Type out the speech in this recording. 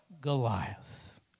Goliath